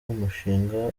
umushinga